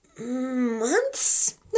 months